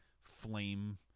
flame